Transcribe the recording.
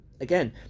again